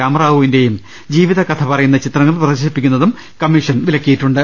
രാമറാവുവിന്റെയും ജീവിതകഥപറയുന്ന ചിത്ര ങ്ങൾ പ്രദർശിപ്പിക്കുന്നതും കമ്മിഷൻ വിലക്കിയിട്ടുണ്ട്